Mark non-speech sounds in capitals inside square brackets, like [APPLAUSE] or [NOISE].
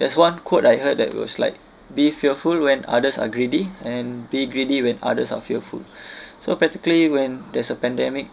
there's one quote I heard that was like be fearful when others are greedy and be greedy when others are fearful [BREATH] so particularly when there's a pandemic